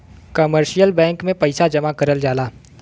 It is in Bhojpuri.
कमर्शियल बैंक में पइसा जमा करल जा सकला